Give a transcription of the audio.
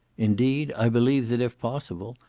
indeed, i believe that, if possible,